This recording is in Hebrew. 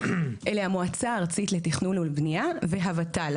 אלה המועצה הארצית לתכנון ולבנייה וה-ות"ל,